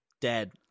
dead